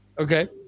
Okay